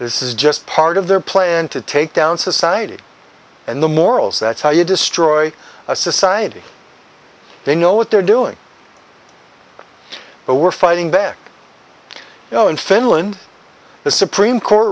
this is just part of their plan to take down society and the morals that's how you destroy a society they know what they're doing but we're fighting back you know in finland the supreme court